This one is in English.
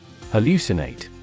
Hallucinate